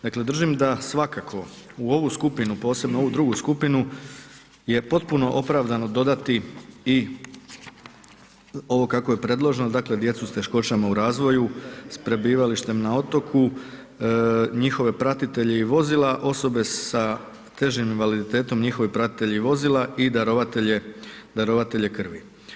Dakle, držim da svakako u ovu skupinu, posebnu ovu drugu skupinu je potpuno opravdano dodati i ovo kako je predloženo, dakle s teškoćama u razvoju s prebivalištem na otoku, njihove pratitelje i vozila, osobe sa težim invaliditetom, njihove pratitelje i vozila i darovatelje krvi.